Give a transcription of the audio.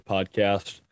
Podcast